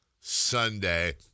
Sunday